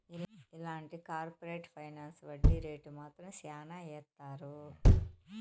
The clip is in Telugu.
ఇలాంటి కార్పరేట్ ఫైనాన్స్ వడ్డీ రేటు మాత్రం శ్యానా ఏత్తారు